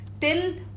Till